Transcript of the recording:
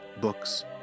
books